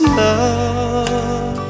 love